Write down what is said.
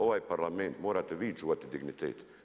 Ovaj Parlament morate vi čuvati dignitet.